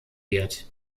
wird